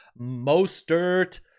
Mostert